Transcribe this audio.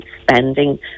spending